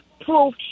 proof